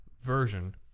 version